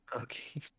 okay